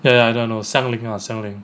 ya I know I know xiang ling ah xiang ling